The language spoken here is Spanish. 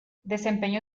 desempeñó